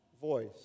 voice